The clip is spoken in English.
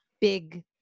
big